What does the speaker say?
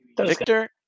Victor